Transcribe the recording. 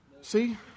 see